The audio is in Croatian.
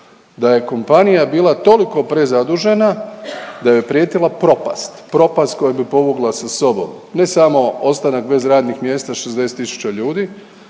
da je kompanija bila toliko prezadužena da joj je prijetila propast, propast koja bi povukla sa sobom ne samo ostanak bez radnih mjesta 60 tisuća ljudi,